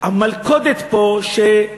המלכודת פה, שהארגונים,